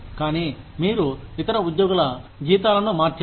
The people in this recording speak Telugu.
కానీ మీరు ఇతర ఉద్యోగుల జీతాలను మార్చారు